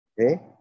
okay